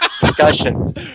Discussion